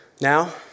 now